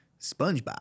SpongeBob